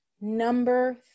number